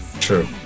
true